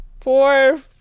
Four